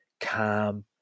calm